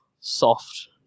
soft